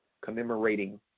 commemorating